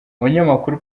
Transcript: umunyamakuru